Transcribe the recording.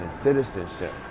citizenship